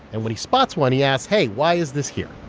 and when he spots one, he asks, hey, why is this here?